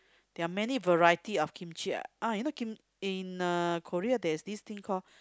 they are many variety of kimchi uh you know kim in uh Korea there is this thing call